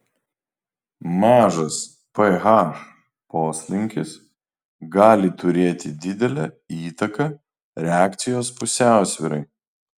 mažas ph poslinkis gali turėti didelę įtaką reakcijos pusiausvyrai